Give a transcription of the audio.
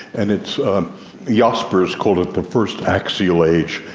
and it's yeah ah jaspers called it the first axial age.